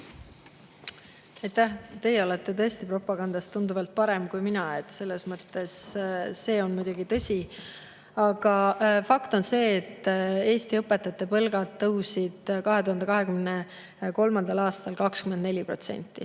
Teie olete tõesti propagandas tunduvalt parem kui mina. See on muidugi tõsi. Aga fakt on see, et Eesti õpetajate palgad tõusid 2023. aastal 24%.